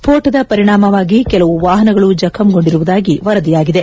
ಸ್ಪೋಟದ ಪರಿಣಾಮವಾಗಿ ಕೆಲವು ವಾಹನಗಳು ಜಖಂಗೊಂಡಿರುವುದಾಗಿ ವರದಿಯಾಗಿದೆ